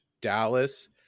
Dallas